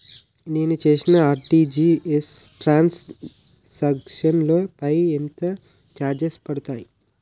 నేను చేసిన RTGS transaction లో పై ఎంత చార్జెస్ పడతాయి?